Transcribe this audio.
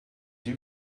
you